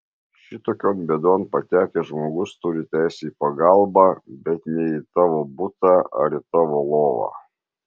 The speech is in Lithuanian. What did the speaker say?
šitokion bėdon patekęs žmogus turi teisę į pagalbą bet ne į tavo butą ar į tavo lovą